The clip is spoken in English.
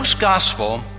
gospel